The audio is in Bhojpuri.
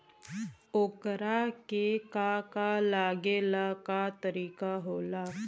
ओकरा के का का लागे ला का तरीका होला?